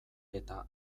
eta